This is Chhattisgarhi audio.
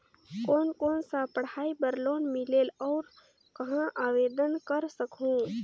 कोन कोन सा पढ़ाई बर लोन मिलेल और कहाँ आवेदन कर सकहुं?